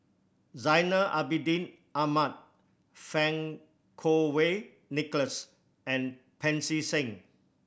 Zainal Abidin Ahmad Fang Kuo Wei Nicholas and Pancy Seng